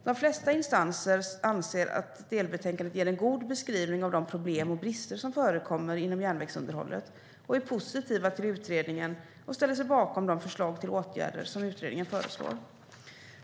De flesta instanser anser att delbetänkandet ger en god beskrivning av de problem och brister som förekommer inom järnvägsunderhållet och är positiva till utredningen och ställer sig bakom de förslag till åtgärder som utredningen har.